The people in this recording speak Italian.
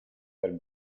del